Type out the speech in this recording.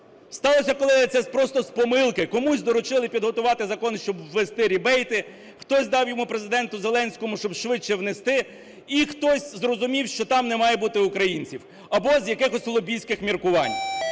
Сталося, колеги, це просто з помилки, комусь доручили підготувати закон, щоб ввести рібейти, хтось дав йому, Президенту Зеленському, щоб швидше внести і хтось зрозумів, що там не має бути українців або з якихось лобістських міркувань.